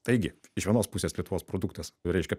taigi iš vienos pusės lietuvos produktas reiškia